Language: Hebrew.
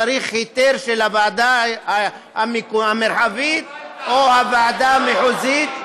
צריך היתר של הוועדה המרחבית או הוועדה המחוזית,